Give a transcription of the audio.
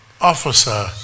officer